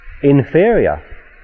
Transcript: inferior